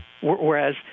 Whereas